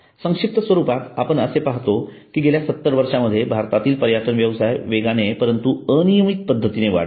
संक्षिप्त स्वरूपात आपण असे पाहतो की गेल्या सत्तर वर्षांमध्ये भारतातील पर्यटन व्यवसाय वेगाने परंतु अनियमित पद्धतीने वाढला आहे